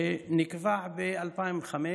שנקבע ב-2005.